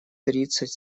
тридцать